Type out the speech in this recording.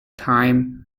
time